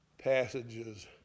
passages